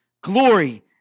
glory